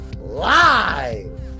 live